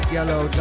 Yellow